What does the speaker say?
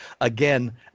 again